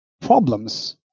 problems